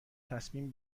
تصمیم